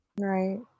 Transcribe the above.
Right